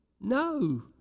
No